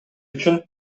үчүн